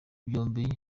byombi